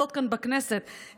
הכנסת היוצא חבר הכנסת מיקי לוי,